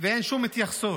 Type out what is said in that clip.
ואין שום התייחסות.